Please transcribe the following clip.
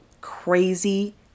crazy